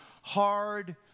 hard